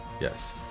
Yes